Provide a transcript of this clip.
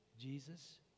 Jesus